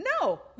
No